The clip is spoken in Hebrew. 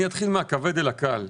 אני אתחיל עם החד פעמי.